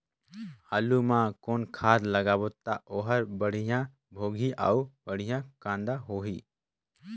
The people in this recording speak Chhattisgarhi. आलू मा कौन खाद लगाबो ता ओहार बेडिया भोगही अउ बेडिया कन्द होही?